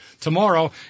tomorrow